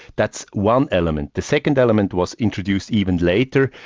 that's one element. the second element was introduced even later,